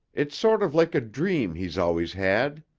it's sort of like a dream he's always had.